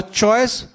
choice